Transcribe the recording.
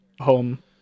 home